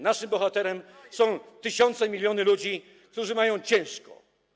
Naszymi bohaterami są tysiące, miliony ludzi, którzy mają ciężko.